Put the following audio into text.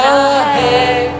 ahead